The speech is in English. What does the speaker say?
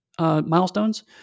milestones